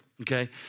Okay